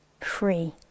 free